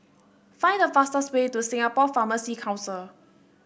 find the fastest way to Singapore Pharmacy Council